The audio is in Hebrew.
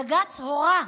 בג"ץ הורה,